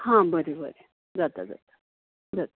हां बरें बरें जाता जाता जाता